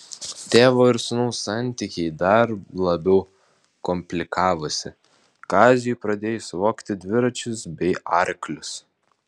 tėvo ir sūnaus santykiai dar labiau komplikavosi kaziui pradėjus vogti dviračius bei arklius